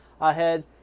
ahead